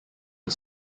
are